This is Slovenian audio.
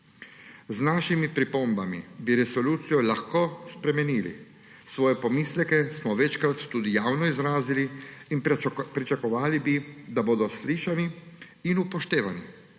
Z našimi pripombami bi resolucijo lahko spremenili. Svoje pomisleke smo večkrat tudi javno izrazili in pričakovali bi, da bodo slišani in upoštevani.